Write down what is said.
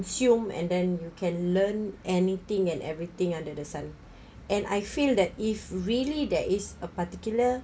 consume and then you can learn anything and everything under the sun and I feel that if really there is a particular